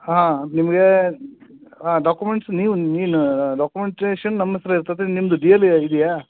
ಹಾಂ ನಿಮಗೆ ಹಾಂ ಡಾಕುಮೆಂಟ್ಸ್ ನೀವು ನೀನು ಡಾಕುಮಂಟೇಷನ್ ನಮ್ಮ ಹತ್ರ ಇರ್ತೈತೆ ನಿಮ್ಮದು ಡಿ ಎಲ್ ಎ ಇದೆಯಾ